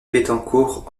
bettencourt